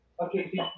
Okay